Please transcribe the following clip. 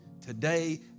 Today